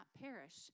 perish